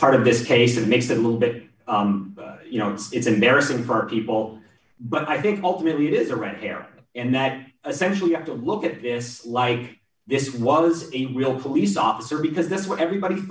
part of this case it makes it a little bit you know it's embarrassing for people but i think ultimately it is a red herring and that essentially have to look at this like this was a real police officer because that's what everybody